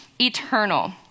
eternal